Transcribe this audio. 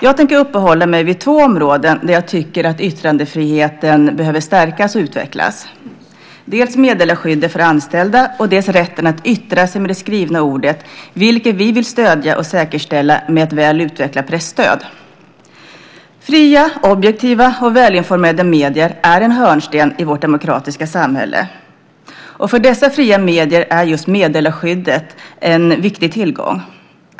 Jag tänker uppehålla mig vid två områden där jag tycker att yttrandefriheten behöver stärkas och utvecklas: dels meddelarskyddet för anställda, dels rätten att yttra sig med det fria ordet, vilket vi vill säkerställa och stödja med ett väl utvecklat presstöd. Fria, objektiva och välinformerade medier är en hörnsten i vårt demokratiska samhälle. För dessa fria medier är just meddelarskyddet en viktig tillgång.